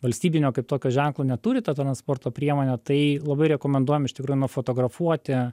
valstybinio kaip tokio ženklo neturi ta transporto priemonė tai labai rekomenduojam iš tikrųjų nufotografuoti